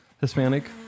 Hispanic